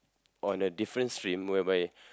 on a different stream whereby